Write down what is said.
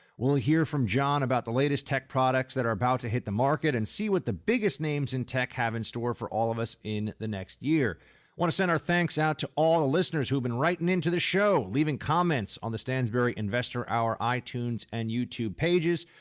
we'll hear from john about the latest tech products that are about to hit the market and see what the biggest names in tech have in store for all of us in the next year. i want to send our thanks out to all the listeners who've been writing into the show leaving comments on the stansberry investor hour itunes and youtube pages.